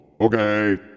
okay